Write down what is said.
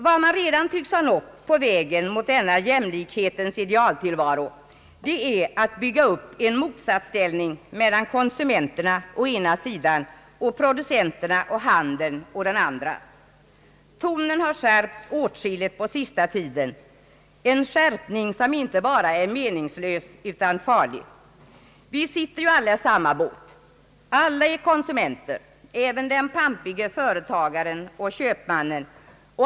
Vad man redan tycks ha lyckats med på vägen mot denna jämlikhetens idealtillvaro är att bygga upp en motsatsställning mellan konsumenterna å ena sidan och producenterna och handeln å den andra. Tonen har skärpts åtskilligt på senaste tiden — en skärpning som inte bara är meningslös utan farlig. Vi sitter ju alla i samma båt. Alla är konsumenter, även den pampige företagaren och köpmannen.